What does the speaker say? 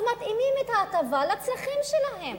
אז מתאימים את ההטבה לצרכים שלהם,